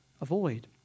avoid